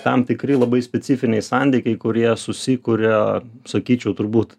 tam tikri labai specifiniai santykiai kurie susikuria sakyčiau turbūt